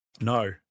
No